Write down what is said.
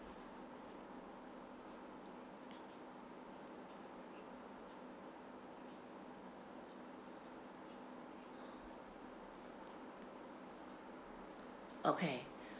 okay